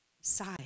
side